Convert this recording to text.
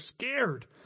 scared